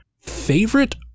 Favorite